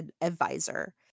advisor